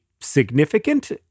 significant